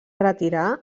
retirà